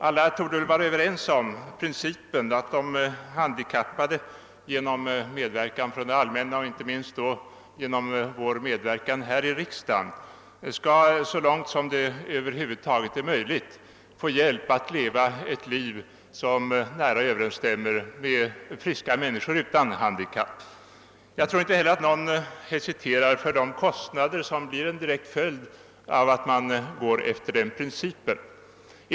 Alla torde vara överens om principen att de handikappade genom medverkan från det allmänna — och inte minst genom vår medverkan här i riksdagen — så långt som det över huvud taget är möjligt skall få hjälp att leva ett liv som nära överensstämmer med friska människors. Jag tror inte heller att någon hesiterar för de kostnader som blir en direkt följd av att man går efter den principen.